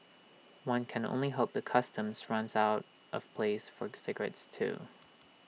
one can only hope the customs runs out of place for cigarettes too